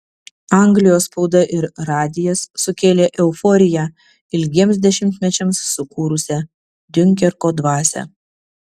anglijos spauda ir radijas sukėlė euforiją ilgiems dešimtmečiams sukūrusią diunkerko dvasią